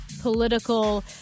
political